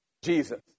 Jesus